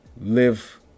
Live